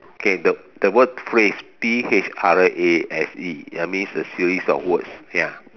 okay the the word phrase P H R A S E that means a series of words ya